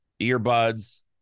earbuds